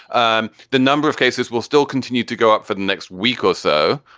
um the number of cases will still continue to go up for the next week or so,